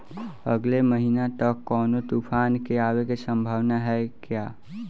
अगले महीना तक कौनो तूफान के आवे के संभावाना है क्या?